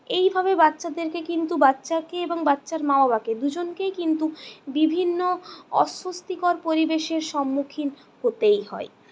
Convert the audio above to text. এইভাবে বাচ্চাদেরকে কিন্তু বাচ্চাকে এবং বাচ্চার মা বাবাকে দুজনকেই কিন্তু বিভিন্ন অস্বস্তিকর পরিবেশের সম্মুখিন হতেই হয়